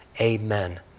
Amen